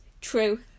true